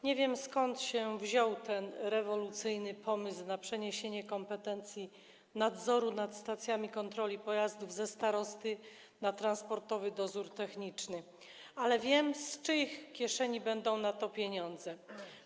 Nie wiem, skąd się wziął ten rewolucyjny pomysł na przeniesienie kompetencji nadzoru nad stacjami kontroli pojazdów należących do starosty na Transportowy Dozór Techniczny, ale wiem, z czyich kieszeni będą pochodziły pieniądze na to.